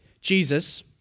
Jesus